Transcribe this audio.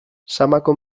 samako